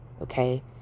okay